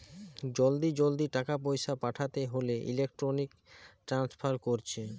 জলদি জলদি টাকা পয়সা পাঠাতে হোলে ইলেক্ট্রনিক ট্রান্সফার কোরছে